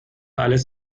alles